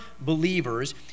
believers